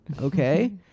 okay